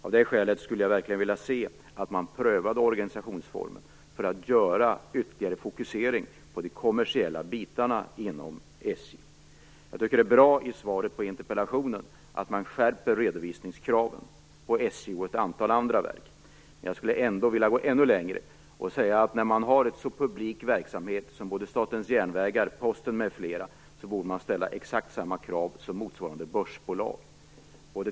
Av det skälet skulle jag verkligen vilja se att organisationsformen prövades för att få en ytterligare fokusering på de kommersiella bitarna inom SJ. Det är bra, som det står i svaret på interpellationen, att redovisningskraven på SJ och ett antal andra verk skärps. Jag skulle vilja gå ännu längre och säga att det på så publika verksamheter som SJ:s järnvägar, Posten m.fl. borde ställas exakt samma krav som ställs på motsvarande börsbolag.